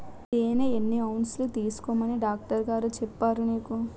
తేనె ఎన్ని ఔన్సులు తీసుకోమని డాక్టరుగారు చెప్పారు నీకు